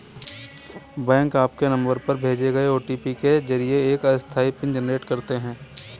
bank आपके नंबर पर भेजे गए ओ.टी.पी के जरिए एक अस्थायी पिन जनरेट करते हैं